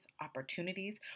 opportunities